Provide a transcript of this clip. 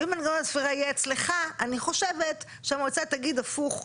ואם מנגנון הספירה יהיה אצלך אני חושבת שהמועצה תגיד הפוך.